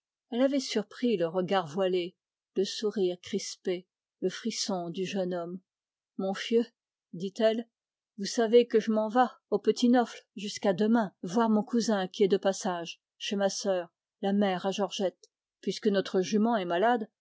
elle avait surpris le frisson du jeune homme mon fieu dit-elle vous savez que je m'en vas ce soir au petit neauphle voir mon cousin qui est de passage chez ma sœur la mère à georgette puisque notre jument est malade